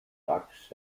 ducks